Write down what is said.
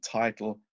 title